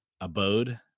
abode